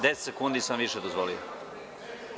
Deset sekundi sam više dozvolio.